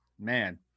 Man